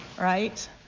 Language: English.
right